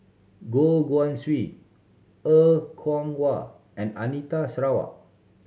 Goh Guan Siew Er Kwong Wah and Anita Sarawak